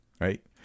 right